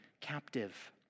captive